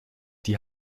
die